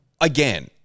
Again